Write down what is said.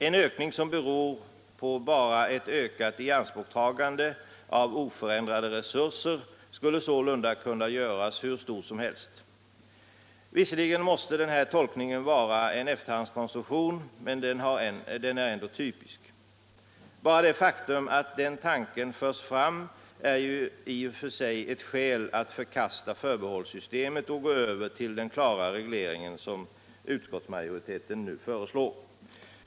En ökning som beror på bara ett ökat ianspråktagande av oförändrade resurser skulle sålunda kunna göras hur stor som helst. Visserligen måste den här tolkningen vara en efterhandskonstruktion, men den är ändå typisk. Bara det faktum att den tanken förts fram är i och för sig ett skäl att förkasta förbehållssystemet och gå över till den klara reglering som utskottsmajoriteten nu föreslår.